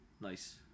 Nice